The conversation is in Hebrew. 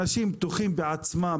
אנשים בטוחים בעצמם,